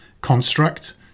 construct